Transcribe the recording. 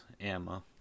Emma